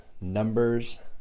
numbers